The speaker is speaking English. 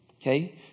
okay